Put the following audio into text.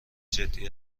جدی